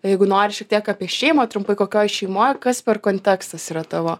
jeigu nori šiek tiek apie šeimą trumpai kokioj šeimoj kas per kontekstas yra tavo